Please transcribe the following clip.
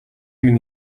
минь